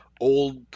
old